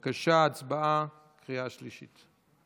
בבקשה, הצבעה בקריאה השלישית.